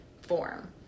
form